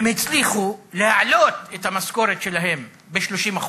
הם הצליחו להעלות את המשכורת שלהם ב-30%